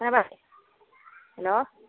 जाबाय हेल'